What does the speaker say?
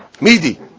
Midi